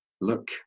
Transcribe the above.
look